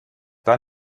dann